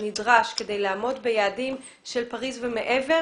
הנדרש כדי לעמוד ביעדים של פריז ומעבר,